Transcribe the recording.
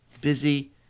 busy